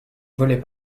volait